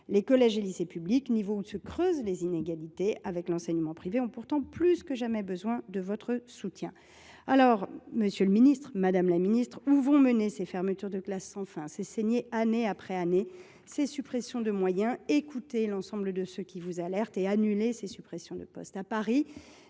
Les collèges et lycées publics, niveau où se creusent les inégalités avec l’enseignement privé, ont pourtant plus que jamais besoin de votre soutien. Monsieur le ministre, où vont mener ces fermetures de classes sans fin, ces saignées, année après année, ces suppressions de moyens ? Écoutez ceux qui vous alertent et annulez ces suppressions de postes. Samedi